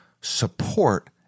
support